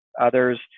others